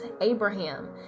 Abraham